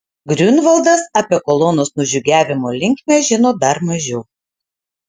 griunvaldas apie kolonos nužygiavimo linkmę žino dar mažiau